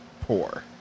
poor